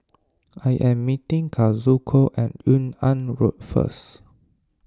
I am meeting Kazuko at Yung An Road first